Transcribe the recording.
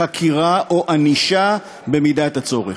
חקירה או ענישה במידת הצורך.